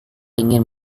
ingin